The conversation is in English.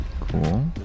Cool